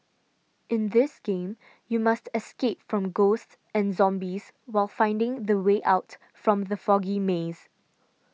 in this game you must escape from ghosts and zombies while finding the way out from the foggy maze